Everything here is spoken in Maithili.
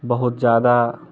बहुत जादा